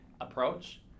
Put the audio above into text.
approach